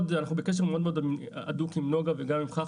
בקשר מאוד הדוק עם נגה וגם עם חח"י,